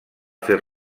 fer